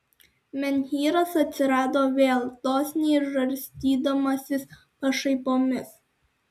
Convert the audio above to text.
menhyras atsirado vėl dosniai žarstydamasis pašaipomis